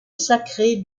sacrée